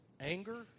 Anger